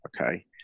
okay